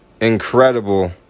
incredible